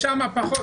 מרומניה?